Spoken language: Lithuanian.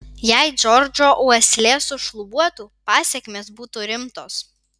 jei džordžo uoslė sušlubuotų pasekmės būtų rimtos